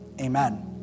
Amen